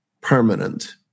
permanent